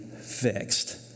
fixed